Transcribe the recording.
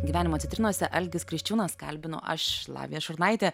gyvenimo citrinose algis kriščiūnas kalbinu aš lavija šurnaitė